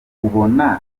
ubona